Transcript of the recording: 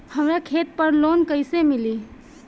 हमरा खेत पर लोन कैसे मिली?